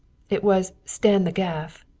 it was stand the gaff.